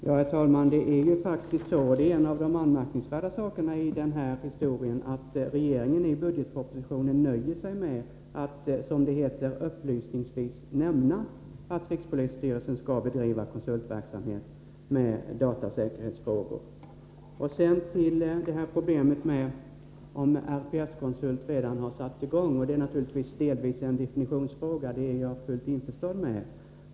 Herr talman! Regeringen nöjer sig i budgetpropositionen med att, som det heter, ”upplysningsvis” nämna att rikspolisstyrelsen skall bedriva konsultverksamhet med datorsäkerhetsfrågor. Det är en av de anmärkningsvärda sakerna i denna historia. Jag är fullt införstådd med att det naturligtvis till en del är en definitionsfråga om RPS-konsult har satt i gång eller ej.